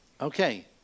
Okay